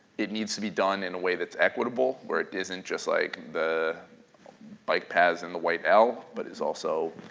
it needs to be done in a way that's equitable where it isn't just like the bike paths and the white l, but is also